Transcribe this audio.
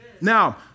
Now